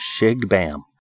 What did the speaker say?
shig-bam